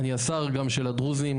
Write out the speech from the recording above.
אני השר גם של הדרוזים,